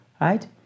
right